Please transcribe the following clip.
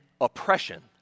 oppression